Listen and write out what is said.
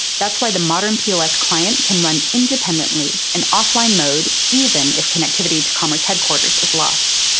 that's why the modern pos client can run independently in offline mode even if connectivity to commerce headquarters is lost.